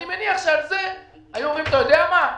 אני מניח שעל זה היו אומרים: אתה יודע מה,